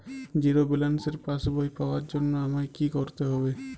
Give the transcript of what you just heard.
Zero ব্যালেন্সের পাসবই পাওয়ার জন্য আমায় কী করতে হবে?